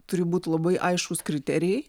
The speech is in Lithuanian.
turi būti labai aiškūs kriterijai